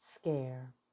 scare